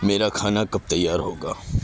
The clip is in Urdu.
میرا کھانا کب تیار ہوگا